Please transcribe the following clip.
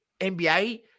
NBA